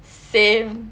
same